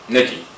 Nikki